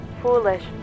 foolish